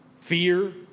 fear